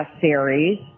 series